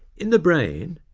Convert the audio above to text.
in the brain,